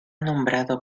nombrado